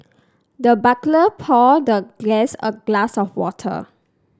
the butler poured the guest a glass of water